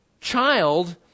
child